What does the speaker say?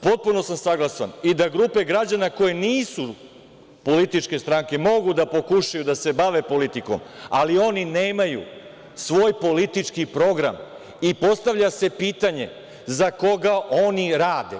Potpuno sam saglasan i da grupe građana koje nisu političke stranke mogu da pokušaju da se bave politikom, ali oni nemaju svoj politički program i postavlja se pitanje – za koga oni rade?